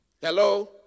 Hello